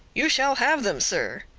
you shall have them, sir.